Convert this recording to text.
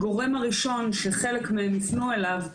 הגורם הראשון שחלק מהם יפנו אליו,